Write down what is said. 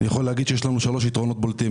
יש לנו שלושה יתרונות בולטים.